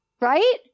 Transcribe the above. right